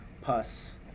pus